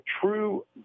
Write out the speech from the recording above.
true